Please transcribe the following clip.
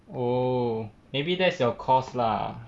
oh maybe that's your course lah